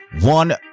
one